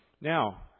Now